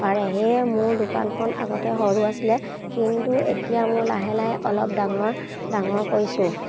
পাৰে সেয়ে মোৰ দোকানখন আগতে সৰু আছিলে কিন্তু এতিয়া মোৰ লাহে লাহে অলপ ডাঙৰ ডাঙৰ কৰিছোঁ